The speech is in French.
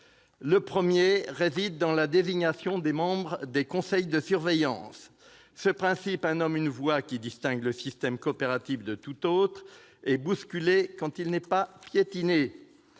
problème réside dans la désignation des membres des conseils de surveillance. Le principe « un homme, une voix », qui distingue le système coopératif de tout autre, est bousculé, quand il n'est pas piétiné.